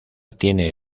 tiene